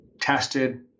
tested